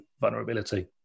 vulnerability